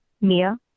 Mia